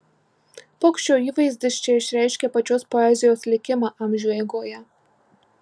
paukščio įvaizdis čia išreiškia pačios poezijos likimą amžių eigoje